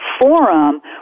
forum